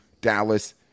Dallas